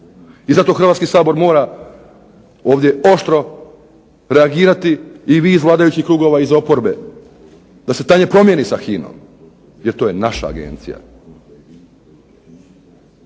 I zato Hrvatski sabor mora ovdje oštro reagirati i vi iz vladajućih krugova iz oporbe da se stanje promijeni sa HINA-om jer to je naša agencija.